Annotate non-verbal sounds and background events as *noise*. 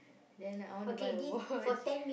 then I want to buy a watch *laughs*